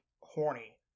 horny